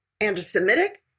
anti-Semitic